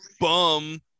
bum